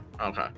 Okay